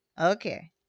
Okay